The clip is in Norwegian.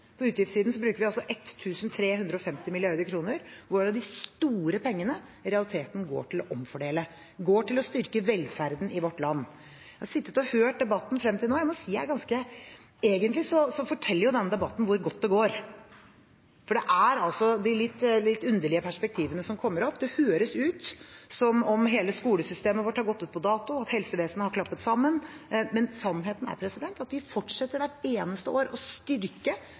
På utgiftssiden bruker vi altså 1 350 mrd. kr, hvorav de store pengene i realiteten går til å omfordele og til å styrke velferden i vårt land. Jeg har sittet og hørt på debatten frem til nå, og jeg må si at egentlig forteller jo denne debatten hvor godt det går. Det er altså litt underlige perspektiver som kommer opp. Det høres ut som om hele skolesystemet vårt har gått ut på dato, og at helsevesenet har klappet sammen. Sannheten er at vi fortsetter hvert eneste år med å styrke